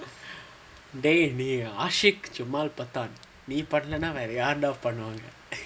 dey நீ:nee aashiq jumal பாத்தேன் நீ பண்ணலனா வேற யார்டா பண்ணுவாங்க:paathaan nee pannalanaa vera yaardaa pannuvaanga